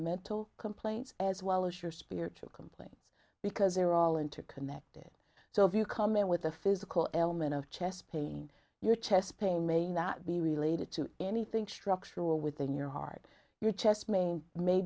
mental complaints as well as your spiritual come because they're all interconnected so if you come in with a physical element of chest pain your chest pain main that be related to anything structural within your heart your chest main may